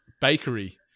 bakery